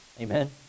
Amen